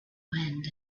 wind